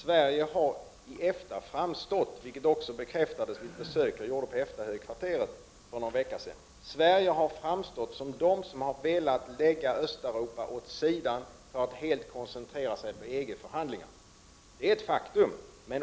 Sverige har framstått — vilket också bekräftades vid ett besök jag gjorde på EFTA-högkvarteret för någon vecka sedan — som den som har velat lägga Östeuropa åt sidan och helt koncentrera sig på EG-förhandlingarna. Det är ett faktum.